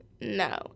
No